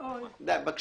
אוי, אוי, אוי.